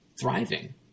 thriving